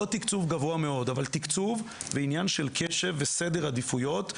לא תקצוב גבוה מאוד אבל תקצוב ועניין של קשב וסדר עדיפויות,